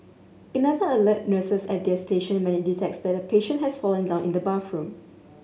another alert nurses at their station when it detects that a patient has fallen down in the bathroom